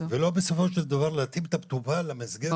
ולא בסופו של דבר להתאים את המטופל למסגרת.